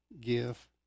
give